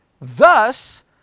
Thus